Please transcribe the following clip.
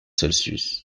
celsius